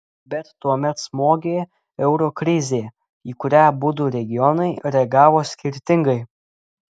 bet tuomet smogė euro krizė į kurią abudu regionai reagavo skirtingai